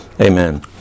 Amen